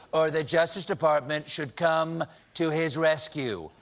or the justice department should come to his rescue.